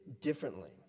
differently